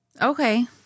Okay